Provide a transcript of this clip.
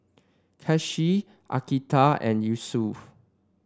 Kasih Atiqah and Yusuf